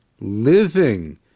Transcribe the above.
living